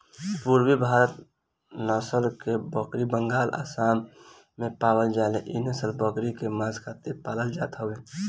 पुरबी भारत नसल के बकरी बंगाल, आसाम में पावल जाले इ नसल के बकरी के मांस खातिर पालल जात हवे